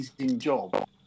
job